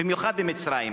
במיוחד במצרים,